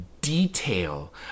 detail